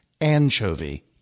anchovy